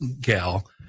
gal